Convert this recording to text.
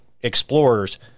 explorers